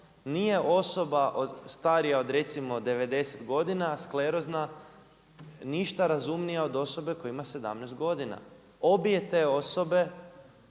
nije osoba starija od recimo 90 godina sklerozna ništa razumnija od osobe koja ima 17 godina. Obje te osobe